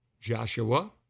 Joshua